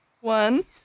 One